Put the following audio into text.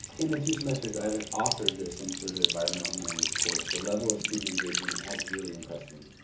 in the two semesters i have and offered this intro to environmental humanities course, the level of student engagement has really impressed me.